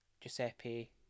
Giuseppe